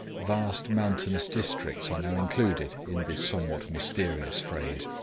vast mountainous districts are now included in this somewhat mysterious phrase.